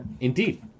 Indeed